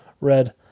Red